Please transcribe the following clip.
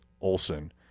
Olson